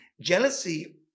Jealousy